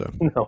No